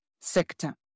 sector